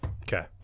Okay